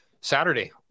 Saturday